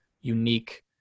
unique